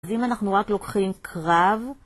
אז אם אנחנו רק לוקחים קרב